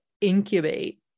incubate